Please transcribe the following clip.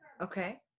Okay